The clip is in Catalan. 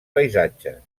paisatges